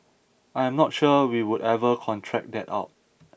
I am not sure we would ever contract that out